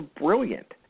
brilliant